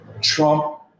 Trump